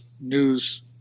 News